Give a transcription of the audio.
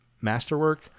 masterwork